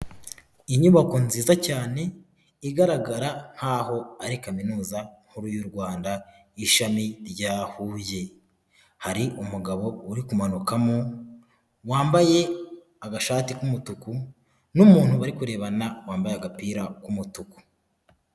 Inyubako nziza cyane igaragara nk'aho ari Kaminuza nkuru y'u Rwanda y'ishami rya Huye, hari umugabo uri kumanukamo wambaye agashati k'umutuku n'umuntu bari kurebana wambaye agapira k'umutuku.